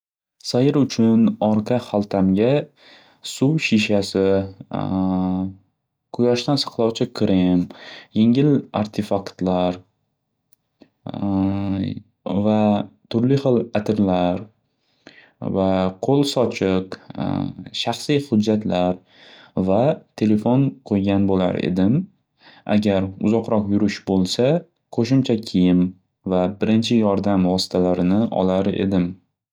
Sayr uchun orqa xaltamga suv shishasi, quyoshdan saqlovchi krem, yengil artifaqtlar va turli hil atirlar va qo'l sochiq, shaxsiy hujjatlar va telefon qo'ygan bo'lar edim. Agar uzoqroq yurish bo'lsa qo'shimcha kiyim va birinchi yordam vositalarini olgan bo'lar edim.